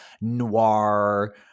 noir